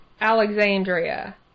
Alexandria